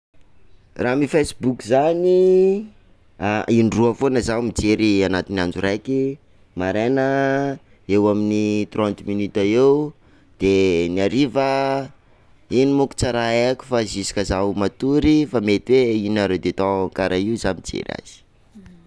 Raha amin'ny facebook zany, indroa foana zaho mijery anatin'ny andro raiky, maraina eo amin'ny trentre minutes eo, de ny hariva iny mo ko tsy raha haiky fa zisky zaho matory fa mety hoe une heure de temps karaha io zaho mijery azy.